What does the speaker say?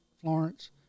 Florence